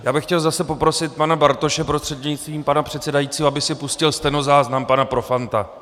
Já bych chtěl zase poprosit pana Bartoše prostřednictvím pana předsedajícího, aby si pustil stenozáznam pana Profanta.